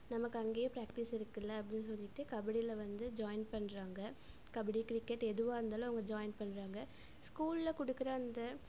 நமக்கு அங்கயே பிராக்டீஸ் இருக்குதுல்ல அப்படின்னு சொல்லிட்டு கபடியில் வந்து ஜாயின் பண்ணுறாங்க கபடி கிரிக்கெட் எதுவாக இருந்தாலும் அவங்க ஜாயின் பண்ணுறாங்க ஸ்கூலில் கொடுக்குற அந்த